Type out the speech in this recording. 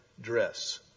dress